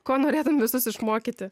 ko norėtum visus išmokyti